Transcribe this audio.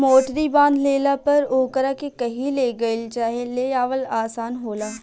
मोटरी बांध लेला पर ओकरा के कही ले गईल चाहे ले आवल आसान होला